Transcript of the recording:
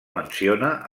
menciona